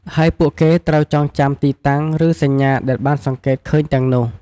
ហើយពួកគេត្រូវចងចាំទីតាំង ឬសញ្ញាដែលបានសង្កេតឃើញទាំងនោះ។